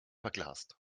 verglast